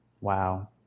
Wow